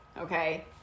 Okay